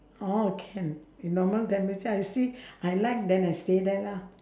orh can in normal temperature I'll see I like then I stay there lah